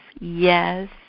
Yes